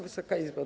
Wysoka Izbo!